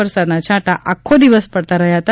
વરસાદના છાંટા આખો દિવસ પડતા રહ્યા હતા